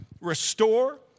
restore